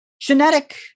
genetic